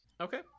Okay